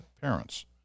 parents